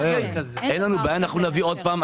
אין לנו בעיה נוכל להביא שוב,